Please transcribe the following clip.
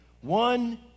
one